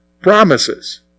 promises